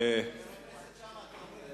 חבר הכנסת שאמה,